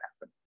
happen